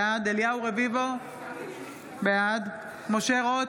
בעד אליהו רביבו, בעד משה רוט,